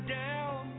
down